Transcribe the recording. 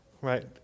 right